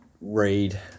read